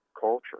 culture